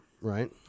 Right